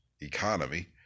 economy